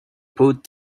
put